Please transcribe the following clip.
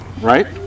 Right